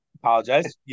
apologize